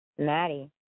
Maddie